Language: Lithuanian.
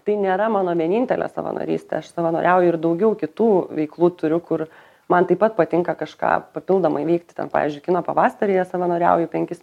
tai nėra mano vienintelė savanorystė aš savanoriauju ir daugiau kitų veiklų turiu kur man taip pat patinka kažką papildomai veikti ten pavyzdžiui kino pavasaryje savanoriauju penkis